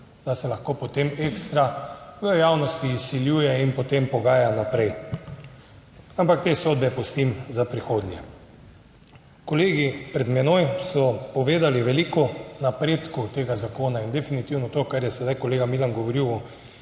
da se lahko potem ekstra v javnosti izsiljuje in potem pogaja naprej, ampak te sodbe pustim za prihodnje. Kolegi pred menoj so povedali veliko napredkov tega zakona in definitivno to, kar je sedaj kolega Milan govoril o